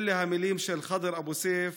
אלה המילים של חאדר אבו סייף,